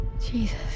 Jesus